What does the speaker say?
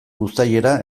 uztailera